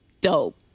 dope